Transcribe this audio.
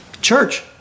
Church